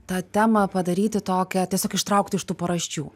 tą temą padaryti tokią tiesiog ištraukti iš tų paraščių